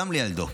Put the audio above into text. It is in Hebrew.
גם לילדו,